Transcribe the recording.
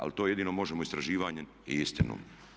Ali to jedino možemo istraživanjem i istinom.